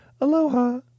aloha